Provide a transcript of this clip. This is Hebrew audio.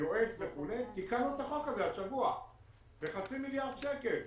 היועץ וכו', את החוק הזה השבוע בחצי מיליארד שקל,